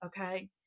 okay